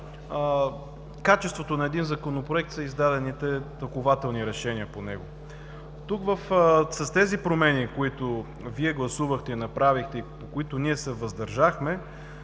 качеството на един законопроект са издадените тълкувателни решения по него. С тези промени, които Вие гласувахте и направихте, по които ние се въздържахме,